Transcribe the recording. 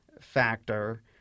factor